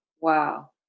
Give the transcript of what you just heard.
Wow